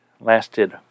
lasted